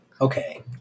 Okay